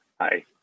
Hi